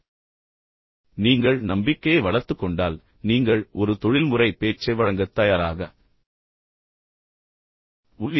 எனவே நீங்கள் நம்பிக்கையை வளர்த்துக் கொண்டால் இப்போது நீங்கள் ஒரு தொழில்முறை பேச்சை வழங்கத் தயாராக உள்ளீர்கள்